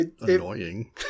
annoying